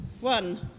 One